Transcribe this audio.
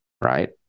right